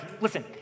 listen